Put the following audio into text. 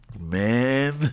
man